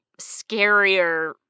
scarier